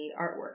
artwork